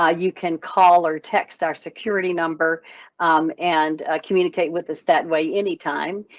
ah you can call or text our security number and communicate with us that way, anytime.